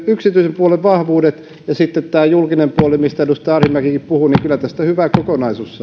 yksityisen puolen vahvuudet ja sitten tämä julkinen puoli mistä edustaja arhinmäkikin puhui niin kyllä tästä hyvä kokonaisuus